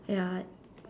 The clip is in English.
ya